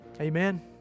Amen